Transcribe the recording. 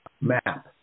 map